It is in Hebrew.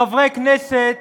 חברי כנסת